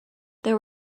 there